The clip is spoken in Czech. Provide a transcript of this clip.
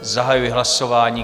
Zahajuji hlasování.